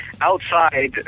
outside